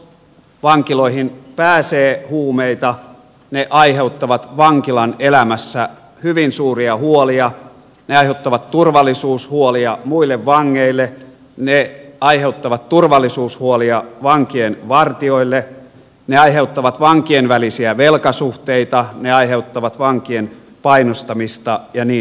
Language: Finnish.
jos vankiloihin pääsee huumeita ne aiheuttavat vankilan elämässä hyvin suuria huolia ne aiheuttavat turvallisuushuolia muille vangeille ne aiheuttavat turvallisuushuolia vankien vartijoille ne aiheuttavat vankien välisiä velkasuhteita ne aiheuttavat vankien painostamista ja niin edelleen